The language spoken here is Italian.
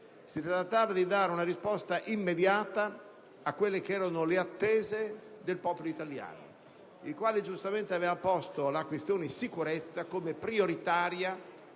Si trattava di dare una risposta immediata alle attese del popolo italiano, il quale giustamente aveva posto la questione sicurezza come prioritaria